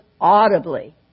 audibly